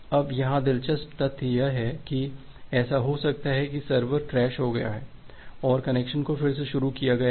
अब यहां दिलचस्प तथ्य यह है कि ऐसा हो सकता है कि सर्वर क्रैश हो गया है और कनेक्शन को फिर से शुरू किया गया हो